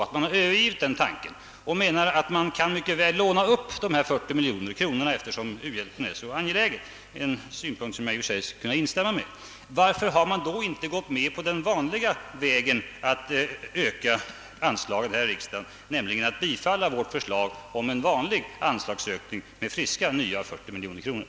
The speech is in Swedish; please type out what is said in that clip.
Om man övergivit denna tanke och menar att man mycket väl kan låna dessa 40 miljoner kronor eftersom u-hjälpen ju är så angelägen — en synpunkt som jag i och för sig kan instämma i — vill jag fråga varför man då inte har gått den vanliga vägen och föreslagit en ökning av anslaget här i riksdagen, d.v.s. tillstyrkt vårt förslag om en vanlig anslagsökning med friska, nya 40 miljoner kronor.